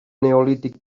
neolític